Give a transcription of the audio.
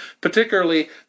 Particularly